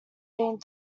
being